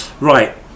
Right